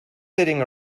sitting